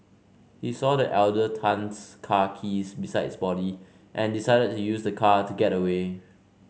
he saw the elder Tan's car keys beside his body and decided to use the car to get away